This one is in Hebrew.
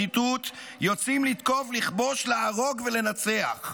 ציטוט "'יוצאים לתקוף, לכבוש, להרוג ולנצח'".